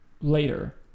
later